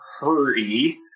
hurry